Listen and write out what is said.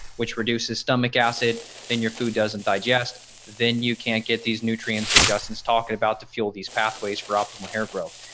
which reduces stomach acid then your food doesn't digest then you can't get these nutrients adjusters talking about to fuel these pathways for optimal hair growth,